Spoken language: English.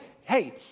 hey